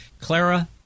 Clara